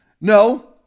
No